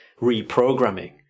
reprogramming